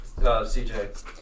CJ